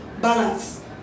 balance